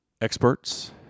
experts